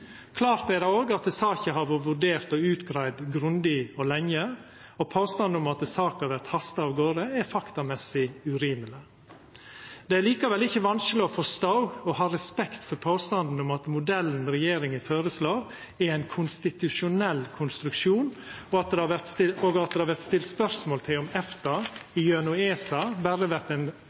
Klart er det òg at saka har vore vurdert og utgreidd grundig og lenge, og påstanden om at saka vert hasta av garde, er faktamessig urimeleg. Det er likevel ikkje vanskeleg å forstå og ha respekt for påstanden om at modellen regjeringa føreslår, er ein konstitusjonell konstruksjon, og at det vert stilt spørsmål ved om EFTA gjennom ESA berre vert